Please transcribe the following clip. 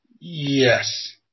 Yes